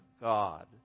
God